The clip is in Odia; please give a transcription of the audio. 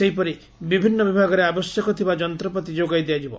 ସେହିପରି ବିଭିନ୍ନ ବିଭାଗରେ ଆବଶ୍ୟକ ଥିବା ଯନ୍ତପାତି ଯୋଗାଇ ଦିଆଯିବ